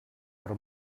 per